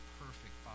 perfect